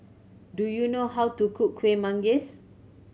do you know how to cook Kueh Manggis